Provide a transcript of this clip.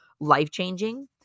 life-changing